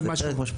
עוד משהו.